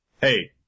hey